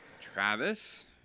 travis